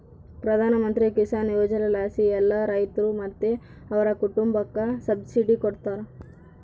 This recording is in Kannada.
ಪ್ರಧಾನಮಂತ್ರಿ ಕಿಸಾನ್ ಯೋಜನೆಲಾಸಿ ಎಲ್ಲಾ ರೈತ್ರು ಮತ್ತೆ ಅವ್ರ್ ಕುಟುಂಬುಕ್ಕ ಸಬ್ಸಿಡಿ ಕೊಡ್ತಾರ